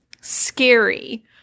scary